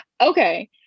Okay